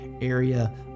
area